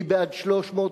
מי בעד 100?